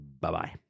Bye-bye